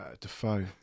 Defoe